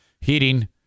heating